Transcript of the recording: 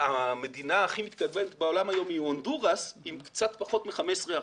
המדינה הכי מתקדמת בעולם היום היא הונדורס עם קצת פחות מ-15 אחוזים.